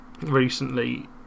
recently